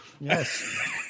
Yes